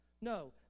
No